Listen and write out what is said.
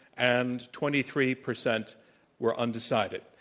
and twenty three percent were undecided.